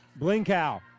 Blinkow